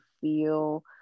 feel